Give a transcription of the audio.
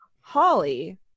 Holly